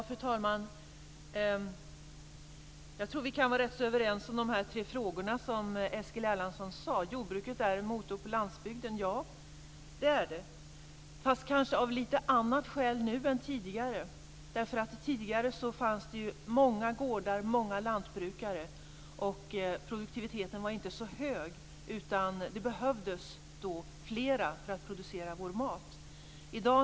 Fru talman! Jag tror att vi kan vara rätt överens på de tre punkter som Eskil Erlandsson räknade upp. Jordbruket är en motor för landsbygden, men nu kanske av lite andra skäl än tidigare. Det fanns förut många gårdar och lantbrukare. Produktiviteten var inte så hög, och det behövdes fler för att producera vår mat.